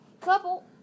Couple